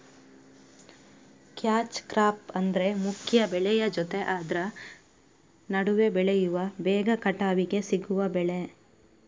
catch crop ಅಂದ್ರೆ ಮುಖ್ಯ ಬೆಳೆಯ ಜೊತೆ ಆದ್ರ ನಡುವೆ ಬೆಳೆಯುವ ಬೇಗ ಕಟಾವಿಗೆ ಸಿಗುವ ಬೆಳೆ